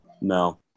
No